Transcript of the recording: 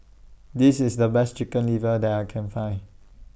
This IS The Best Chicken Liver that I Can Find